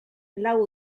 lau